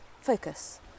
focus